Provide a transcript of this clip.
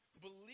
believe